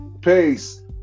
Peace